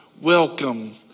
Welcome